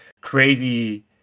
crazy